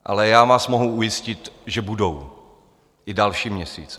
Ale já vás mohu ujistit, že budou i další měsíce.